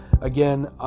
Again